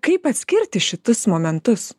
kaip atskirti šitus momentus